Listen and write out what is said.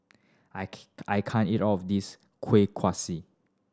I can't eat all of this Kueh Kaswi